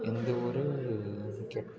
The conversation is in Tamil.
எந்த ஒரு